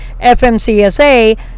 FMCSA